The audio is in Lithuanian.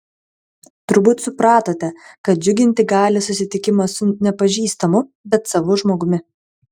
turbūt supratote kad džiuginti gali susitikimas su nepažįstamu bet savu žmogumi